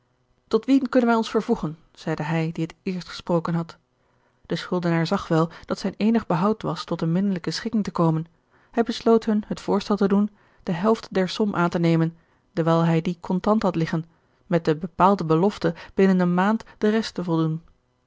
tot wien kunnen wij ons vervoegen zeide hij die het eerst gesproken had de schuldenaar zag wel dat zijn eenig behoud was tot eene minnelijke schikking te komen hij besloot hun het voorstel te doen george een ongeluksvogel helft der som aan te nemen dewijl hij die contant had liggen met de hepaalde belofte binnen eene maand de rest te voldoen